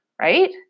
Right